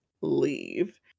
leave